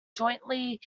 jointly